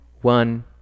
one